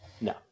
No